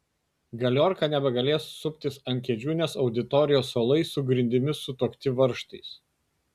galiorka nebegalės suptis ant kėdžių nes auditorijos suolai su grindimis sutuokti varžtais